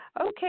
Okay